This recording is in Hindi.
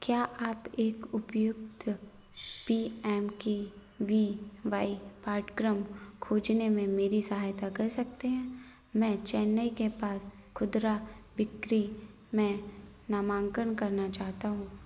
क्या आप एक उपयुक्त P M K V Y पाठ्यक्रम खोजने में मेरी सहायता कर सकते हैं मैं चेन्नई के पास खुदरा बिक्री में नामांकन करना चाहता हूँ